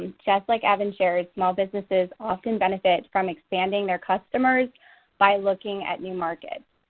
just like evan shared, small businesses often benefit from expanding their customers by looking at new markets.